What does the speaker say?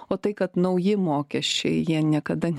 o tai kad nauji mokesčiai jie niekada